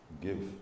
give